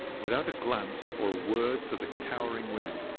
without a glance or a word to the cowering women,